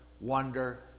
wonder